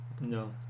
No